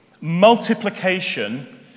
Multiplication